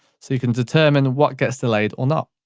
so you can determine what gets delayed or not.